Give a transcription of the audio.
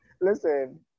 listen